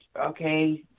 okay